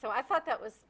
so i thought that was